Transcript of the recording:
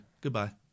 Goodbye